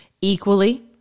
equally